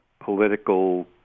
political